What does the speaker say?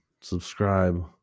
subscribe